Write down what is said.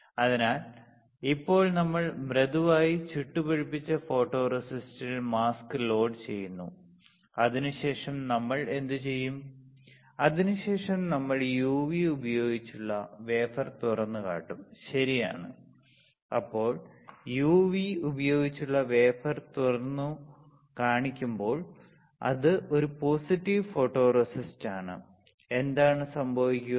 അതിനാൽ ഇപ്പോൾ നമ്മൾ മൃദുവായി ചുട്ടുപഴുപ്പിച്ച ഫോട്ടോറെസിസ്റ്റിൽ മാസ്ക് ലോഡുചെയ്യുന്നു അതിനുശേഷം നമ്മൾ എന്തുചെയ്യും അതിനുശേഷം നിങ്ങൾ യുവി ഉപയോഗിച്ചുള്ള വേഫർ തുറന്നുകാട്ടും ശരിയാണ് അപ്പോൾ യുവി ഉപയോഗിച്ചുള്ള വേഫർ തുറന്നുകാണിക്കുമ്പോൾ അത് ഒരു പോസിറ്റീവ് ഫോട്ടോറെസിസ്റ്റാണ് എന്താണ് സംഭവിക്കുക